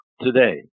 today